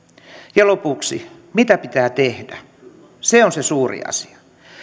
ja lopuksi mitä pitää tehdä se on se suuri asia